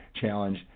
Challenge